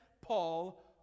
Paul